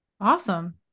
Awesome